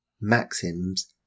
maxims